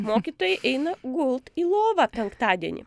mokytojai eina gult į lovą penktadienį